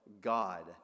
God